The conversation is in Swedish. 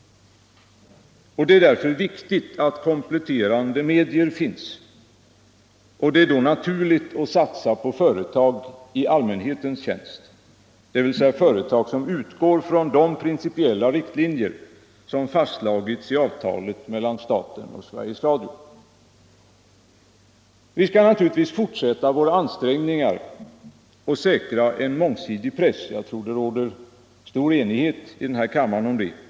Det är därför viktigt att kompletterande medier finns, och det är då naturligt att satsa på företag i allmänhetens tjänst, dvs. företag som utgår från de principiella riktlinjer som har fastslagits i avtalet mellan staten och Sveriges Radio. Vi skall naturligtvis fortsätta i våra ansträngningar att säkra en mångsidig press. Jag tror att det råder stor enighet om detta i denna kammare.